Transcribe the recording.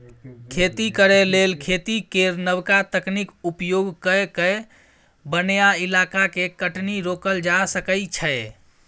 खेती करे लेल खेती केर नबका तकनीक उपयोग कए कय बनैया इलाका के कटनी रोकल जा सकइ छै